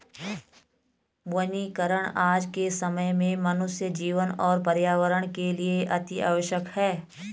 वनीकरण आज के समय में मनुष्य जीवन और पर्यावरण के लिए अतिआवश्यक है